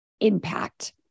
impact